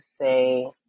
say